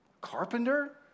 carpenter